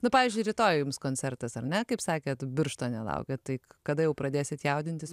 nu pavyzdžiui rytoj jums koncertas ar ne kaip sakėt birštone laukia tai kada jau pradėsit jaudintis